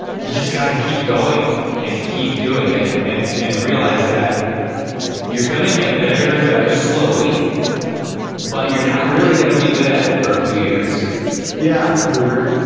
you just got to keep going and keep doing it and and realize that you're gonna get better and better slowly but you're not really gonna be good at it for a few years yeah couger